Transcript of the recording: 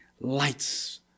lights